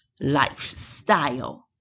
lifestyle